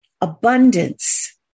abundance